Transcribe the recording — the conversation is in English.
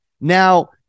Now